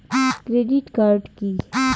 Credit card key?